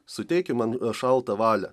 suteiki man šaltą valią